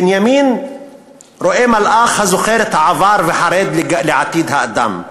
בנימין רואה מלאך הזוכר את העבר וחרד לעתיד האדם.